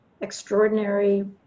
extraordinary